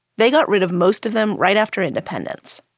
they got rid of most of them right after independence.